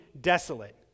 desolate